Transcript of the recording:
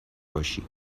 باشی